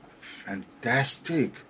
fantastic